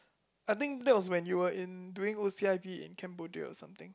I think that was when you were in doing O_C_I_P in Cambodia or something